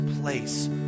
place